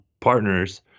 partners